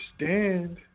understand